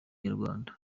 inyarwanda